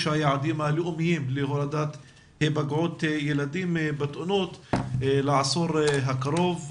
היעדים הלאומיים להורדת היפגעות ילדים בתאונות לעשור הקרוב.